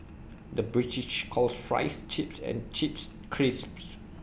the British calls Fries Chips and Chips Crisps